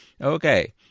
Okay